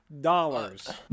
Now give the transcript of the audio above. dollars